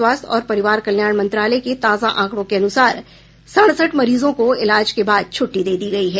स्वास्थ्य और परिवार कल्याण मंत्रालय के ताजा आकंड़ों के अनुसार सड़सठ मरीजों को ईलाज के बाद छूट्टी दे दी गई है